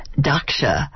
Daksha